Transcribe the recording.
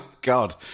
God